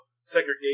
segregation